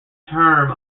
term